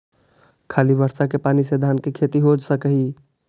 खाली बर्षा के पानी से धान के खेती हो सक हइ?